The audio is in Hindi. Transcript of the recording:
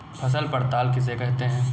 फसल पड़ताल किसे कहते हैं?